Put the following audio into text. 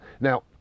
Now